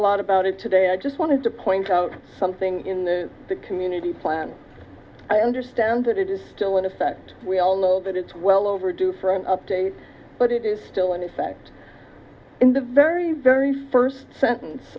lot about it today i just want to point out something in the community plan i understand that it is still in effect we all know that it's well overdue for an update but it is still in effect in the very very first sentence